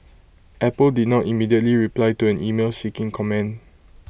Apple did not immediately reply to an email seeking comment